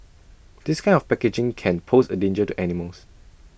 this kind of packaging can pose A danger to animals